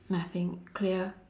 nothing clear